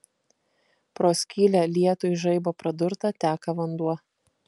pro skylę lietuj žaibo pradurtą teka vanduo